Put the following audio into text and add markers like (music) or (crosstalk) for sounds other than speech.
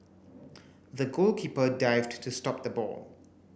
(noise) the goalkeeper dived to stop the ball